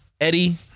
Eddie